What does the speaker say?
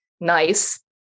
Nice